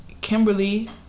Kimberly